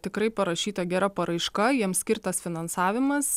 tikrai parašyta gera paraiška jiems skirtas finansavimas